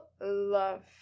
love